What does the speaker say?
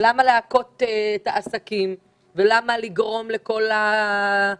למה להכות את העסקים ולמה לגרום להורים